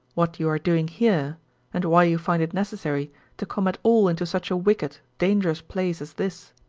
what you are doing here and why you find it necessary to come at all into such a wicked, dangerous place as this?